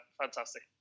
Fantastic